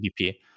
DP